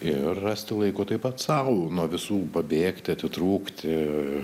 ir rasti laiko tai pats sau nuo visų pabėgti atitrūkti